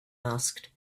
asked